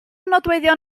nodweddion